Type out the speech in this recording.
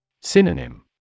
Synonym